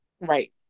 Right